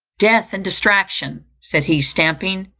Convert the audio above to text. death and distraction, said he, stamping,